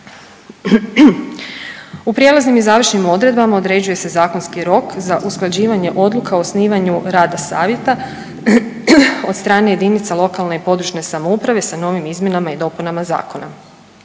U prijelaznim i završnim odredbama određuje se zakonski rok za usklađivanje odluka o osnivanju rada savjeta od strane jedinica lokalne i područne samouprave sa novim izmjenama i dopunama zakona.